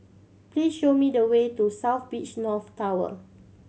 please show me the way to South Beach North Tower